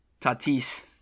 tatis